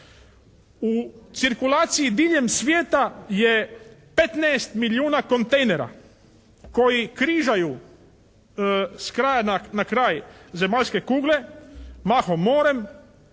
U cirkulaciji diljem svijeta je 15 milijuna kontejnera koji križaju s kraja na kraj zemaljske kugle, mahom morem